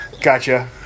Gotcha